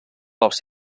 pels